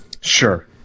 Sure